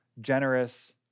generous